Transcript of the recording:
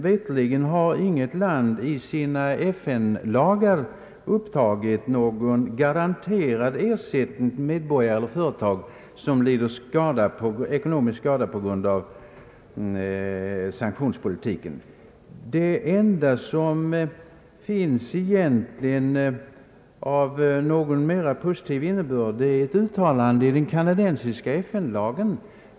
Veterligen har inte något land i sina FN-lagar upptagit någon garanterad ersättning till medborgare eller företag som lider ekonomisk skada på grund av sanktionspolitiken. Det enda som egentligen finns av mera positiv innebörd är ett uttalande i den kanadensiska FN-lagen.